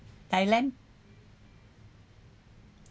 thailand